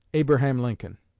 abraham lincoln.